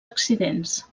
accidents